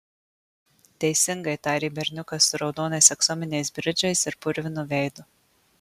teisingai tarė berniukas su raudonais aksominiais bridžais ir purvinu veidu